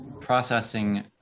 processing